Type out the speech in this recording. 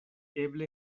eble